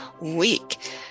week